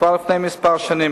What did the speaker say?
כבר לפני כמה שנים,